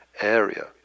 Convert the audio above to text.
area